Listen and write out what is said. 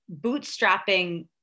bootstrapping